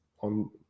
on